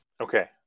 okay